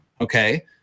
okay